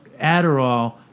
Adderall